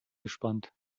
gespannt